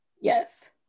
yes